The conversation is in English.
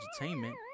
entertainment